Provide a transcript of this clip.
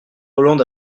hollande